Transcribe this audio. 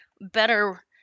better